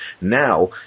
Now